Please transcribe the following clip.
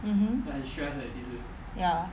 mmhmm ya